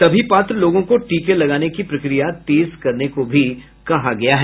सभी पात्र लोगों को टीके लगाने की प्रक्रिया तेज करने को भी कहा गया है